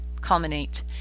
culminate